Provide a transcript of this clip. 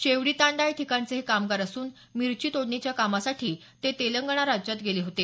शेवडी तांडा या ठिकाणचे हे कामगार असून मिरची तोडणीच्या कामासाठी तेलंगणा राज्यात ते गेले होते